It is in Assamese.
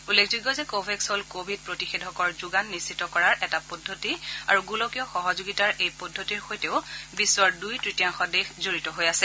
উল্লেখযোগ্য যে কোৱেক্স হল কভিড প্ৰতিষেধকৰ যোগান নিশ্চিত কৰাৰ এটা একক পদ্ধতি আৰু গোলকীয় সহযোগিতাৰ এই পদ্ধতিৰ সৈতেও বিশ্বৰ দুই তৃতীযাংশ দেশ জড়িত হৈ আছে